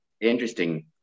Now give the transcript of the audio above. interesting